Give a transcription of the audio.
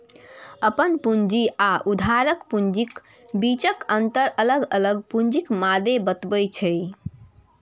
अपन पूंजी आ उधारक पूंजीक बीचक अंतर अलग अलग पूंजीक मादे बतबै छै